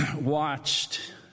watched